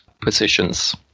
positions